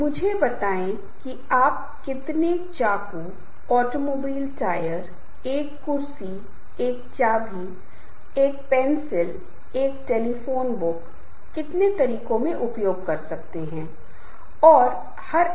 तो उस तरह का मतलब है कुछ कॉमन इंटरेस्ट होना चाहिए ताकि इंटरेस्ट ग्रुप कहा जा सके